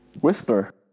Whistler